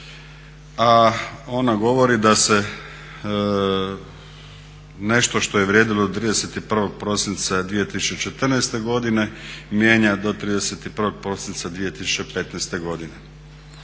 a ona govori da se nešto što je vrijedilo 31. prosinca 2014. godine mijenja do 31.prosinca 2015. godine.